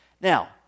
Now